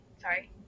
Sorry